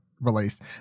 released